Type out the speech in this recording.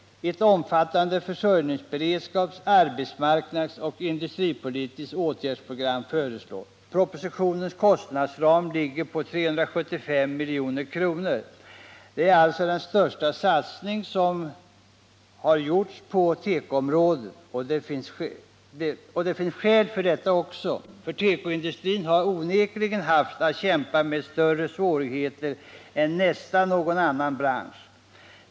Ett omfattande försörjningsberedskaps-, arbetsmarknadsoch industripolitiskt åtgärdsprogram föreslås. Propositionens kostnadsram ligger på 375 milj.kr. Det är alltså den största satsning som har gjorts på tekoområdet. Och det finns skäl till det också, för tekoindustrin har haft att kämpa med större svårigheter än nästan någon annan bransch.